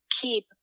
keep